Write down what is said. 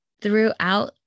throughout